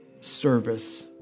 service